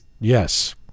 Yes